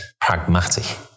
pragmatic